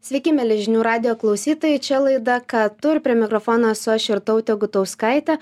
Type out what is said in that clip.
sveiki mieli žinių radijo klausytojai čia laida ką tu ir prie mikrofono esu aš irtautė gutauskaitė